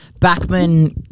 Backman